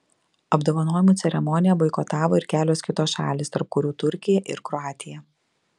apdovanojimų ceremoniją boikotavo ir kelios kitos šalys tarp kurių turkija ir kroatija